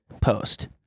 post